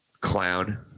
Clown